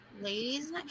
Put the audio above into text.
ladies